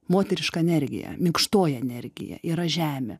moteriška energija minkštoji energija yra žemė